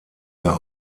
der